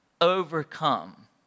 overcome